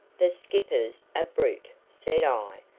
the skipper's a brute, said i,